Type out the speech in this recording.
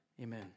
Amen